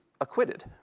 acquitted